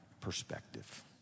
perspective